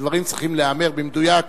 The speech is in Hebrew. דברים צריכים להיאמר במדויק,